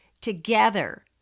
Together